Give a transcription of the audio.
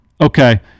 Okay